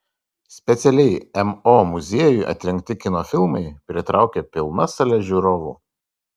specialiai mo muziejui atrinkti kino filmai pritraukia pilnas sales žiūrovų